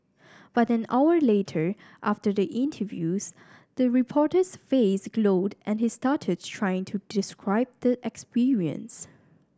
but an hour later after the interviews the reporter's face glowed and he stuttered trying to describe the experience